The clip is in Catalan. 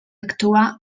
actuar